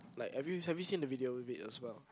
like have you have you seen the video with it as well